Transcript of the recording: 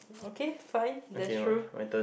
okay fine that's true